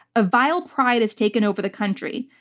a vile pride has taken over the country.